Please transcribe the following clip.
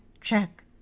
check